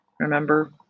Remember